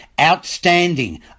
Outstanding